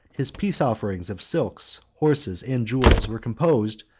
his peace-offerings of silks, horses, and jewels, were composed,